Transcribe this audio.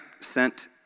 sent